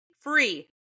free